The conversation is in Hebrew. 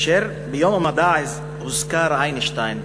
ביום המדע הוזכר איינשטיין,